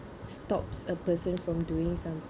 stops a person from doing